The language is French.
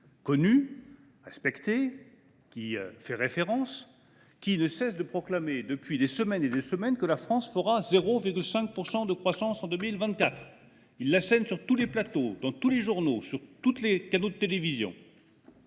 connu et respecté, qui fait référence, ne cesse de proclamer depuis des semaines et des semaines que la France fera 0,5 % de croissance en 2024. Il l’assène sur tous les plateaux, dans tous les journaux, sur tous les canaux de télévision.